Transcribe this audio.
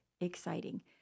exciting